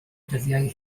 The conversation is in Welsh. dyddiau